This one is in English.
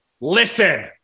Listen